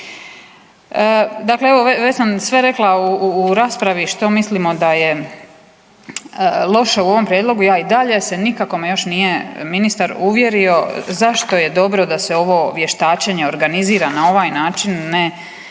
Dakle, evo već sam sve rekla u raspravi što mislimo da je loše u ovom prijedlogu, ja i dalje se, nikako me još ministar nije uvjerio zašto je dobro da se ovo vještačenje organizira na ovaj način, ne